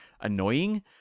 annoying